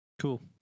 cool